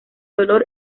dolor